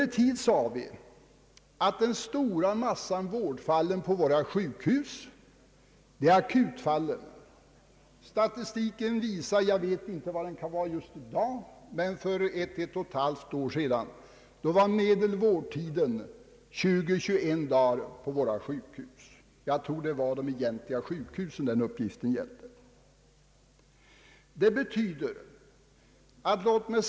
Nu ansåg vi emellertid att den största delen av vårdfallen vid våra sjukhus utgöres av akutfallen. Statistiken visar att för ett å ett och ett halvt år sedan var medelvårdtiden på våra sjukhus 20— 21 dagar. Vad medelvårdtiden är i dag vet iag inte. Nämnda uppgift tror jag gällde de egentliga sjukhusen.